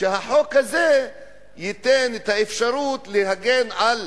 שייתן אפשרות להגן על